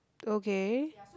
okay